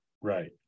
Right